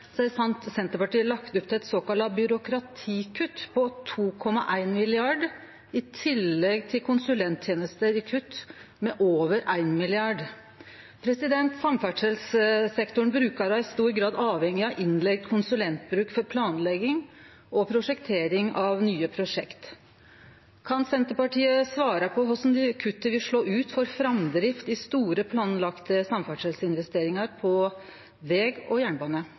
Senterpartiet lagt opp til eit såkalla byråkratikutt på 2,1 mrd. kr i tillegg til kutt i konsulenttenester med over 1 mrd. kr. Samferdselssektoren er i stor grad avhengig av bruk av innleigde konsulentar for planlegging og prosjektering av nye prosjekt. Kan Senterpartiet svare på korleis kuttet vil slå ut for framdrift i store planlagde samferdselsinvesteringar på veg og jernbane?